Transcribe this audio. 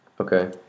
Okay